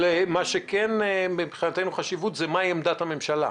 אבל מה שחשוב בעינינו זה מה עמדת הממשלה.